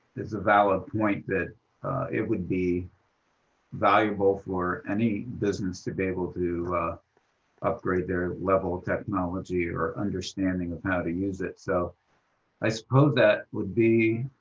it's a valid point, that it would be valuable for any business to be able to upgrade their level of technology or understanding of how to use it, so i suppose that would be,